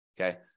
Okay